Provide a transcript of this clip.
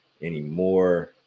anymore